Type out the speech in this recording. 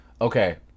Okay